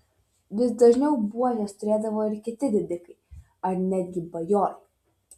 vis dažniau buožes turėdavo ir kiti didikai ar netgi bajorai